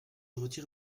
retire